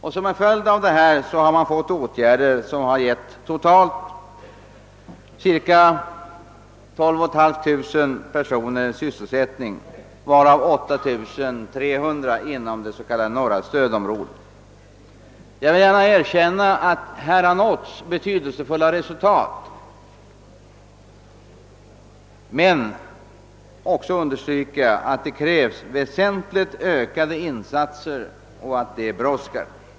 För lokaliseringsmedlen har man vidtagit åtgärder som gett totalt cirka 12500 personer sysselsättning, varav 8300 inom det s.k. norra stödområdet. Jag vill gärna erkänna att det nåtts betydelsefulla resultat genom de lokaliseringspolitiska åtgärderna men vill också understryka, att det krävs väsentligt ökade insatser och att dessa brådskar.